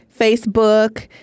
Facebook